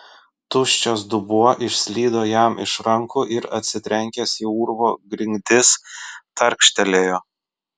tuščias dubuo išslydo jam iš rankų ir atsitrenkęs į urvo grindis tarkštelėjo